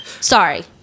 Sorry